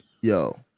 yo